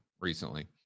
recently